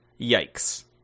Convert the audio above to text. Yikes